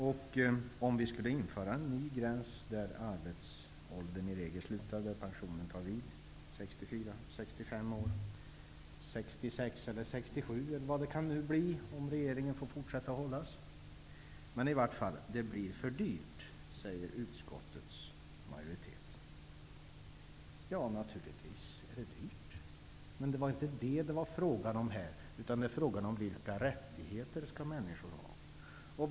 Om en ny gräns skulle införas där arbetsåldern i regel slutar och där pensionen tar vid -- vid 64, 65, 66, 67 år eller vad det nu kan bli om regeringen får fortsätta att hållas -- blir det enligt utskottets majoritet för dyrt. Naturligtvis blir det dyrt. Men det var inte fråga om detta här, utan det är fråga om vilka rättigheter människor skall ha.